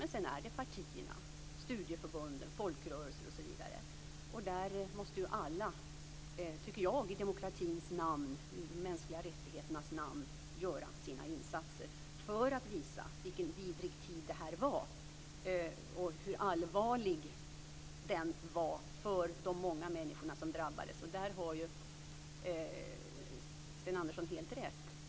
Men sedan är det partierna, studieförbunden, folkrörelser osv. som får ta sitt ansvar. Där måste alla i demokratins och de mänskliga rättigheternas namn göra sina insatser för att visa vilken vidrig tid det var och hur allvarlig den var för de många människorna som drabbades. Där har Sten Andersson helt rätt.